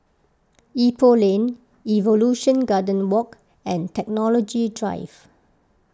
Ipoh Lane Evolution Garden Walk and Technology Drive